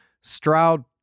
Stroud